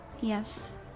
Yes